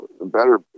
better